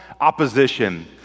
opposition